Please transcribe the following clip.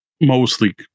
mostly